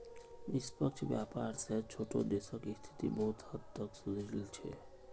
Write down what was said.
निष्पक्ष व्यापार स छोटो देशक स्थिति बहुत हद तक सुधरील छ